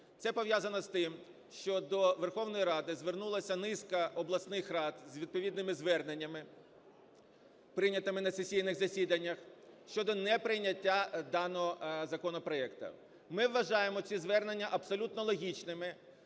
Це пов'язано з тим, що до Верховної Ради звернулася низка обласних рад з відповідними зверненнями, прийнятими на сесійних засіданнях, щодо неприйняття даного законопроекту. Ми вважаємо ці звернення абсолютно логічними,